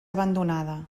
abandonada